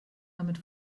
damit